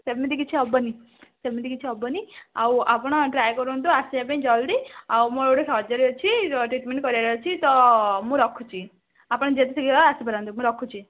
ସେମିତି କିଛି ହେବନି ସେମିତି କିଛି ହେବନି ଆଉ ଆପଣ ଟ୍ରାଏ କରନ୍ତୁ ଆସିବା ପାଇଁ ଜଲ୍ଦି ଆଉ ମୋର ଗୋଟେ ସର୍ଜରୀ ଅଛି ଯଦି ଟ୍ରିଟମେଣ୍ଟ୍ କରାଇବାର ଅଛି ତ ମୁଁ ରଖୁଛି ଆପଣ ଯେତେ ଶୀଘ୍ର ଆସି ପାରନ୍ତି ମୁଁ ରଖୁଛି